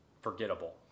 forgettable